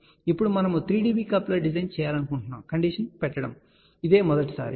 ఇప్పుడు మనము 3dB coupler design చేయాలనుకుంటున్న కండిషన్ పెట్టడం ఇదే మొదటిసారి